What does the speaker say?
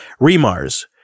REMARS